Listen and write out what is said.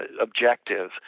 objective